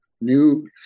new